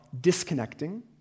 disconnecting